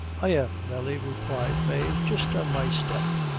i am, nelly, replied mave, jist on my step.